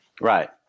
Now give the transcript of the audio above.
Right